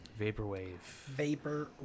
vaporwave